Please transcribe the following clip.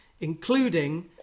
including